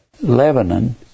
Lebanon